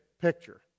picture